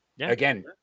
Again